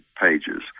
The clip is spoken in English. pages